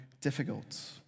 difficult